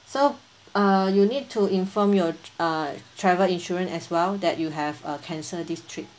so uh you need to inform your err travel insurance as well that you have uh cancel this trip